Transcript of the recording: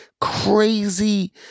crazy